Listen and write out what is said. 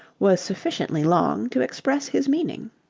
was sufficiently long to express his meaning.